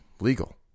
legal